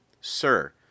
Sir